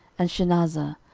and shenazar,